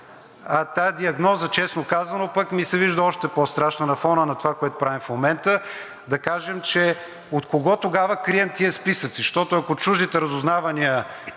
А тази диагноза, честно казано, пък ми се вижда още по-страшна на фона на това, което правим в момента. Да кажем, че от кого тогава крием тези списъци?! Защото, ако чуждите разузнавания